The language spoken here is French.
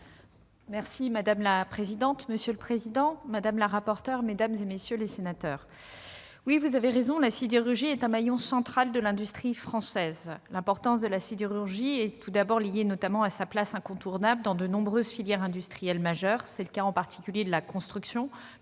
monsieur le président de la mission d'information, madame la rapporteure, mesdames, messieurs les sénateurs, vous avez raison, la sidérurgie est un maillon central de l'industrie française. L'importance de la sidérurgie est notamment liée à sa place incontournable dans de nombreuses filières industrielles majeures. C'est le cas en particulier de la construction,